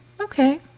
Okay